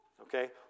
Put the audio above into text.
Okay